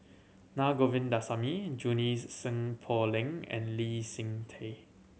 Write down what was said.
Na Govindasamy Junie Sng Poh Leng and Lee Seng Tee